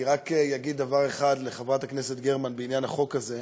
אני רק אגיד דבר אחד לחברת הכנסת גרמן בעניין החוק הזה: